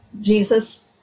Jesus